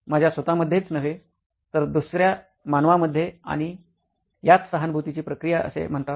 माझ्या स्वत मध्येच नव्हे तर दुसर्या मानवामध्ये आणि याच सहानुभूतीची प्रक्रिया असे म्हणतात